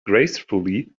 gracefully